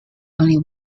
only